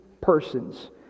persons